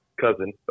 cousin